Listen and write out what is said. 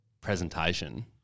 presentation